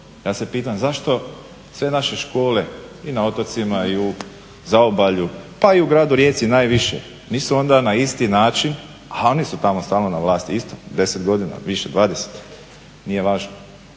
ja se pitam zašto sve naše škole i na otocima i u zaobalju pa i u Gradu Rijeci najviše, nisu onda na isti način, a oni su tamo stalno na vlasti isto, 10 godina, više, 20, nije važno.